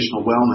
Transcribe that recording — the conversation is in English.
Wellness